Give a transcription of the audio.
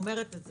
אומרת את זה,